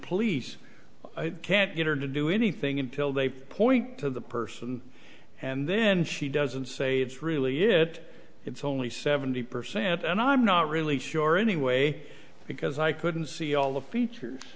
police can't get her to do anything until they point to the person and then she doesn't say it's really it it's only seventy percent and i'm not really sure anyway because i couldn't see all of features